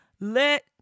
Let